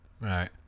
Right